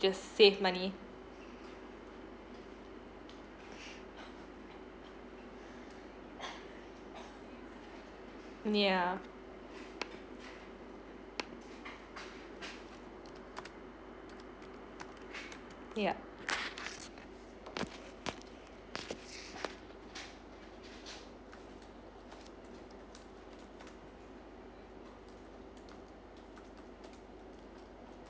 just save money yeah yup